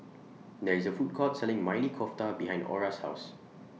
There IS A Food Court Selling Maili Kofta behind Orra's House